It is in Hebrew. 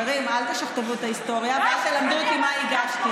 לא לא לא, אני עמדתי פה כשאת הגשת אותו.